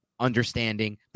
Understanding